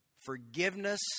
Forgiveness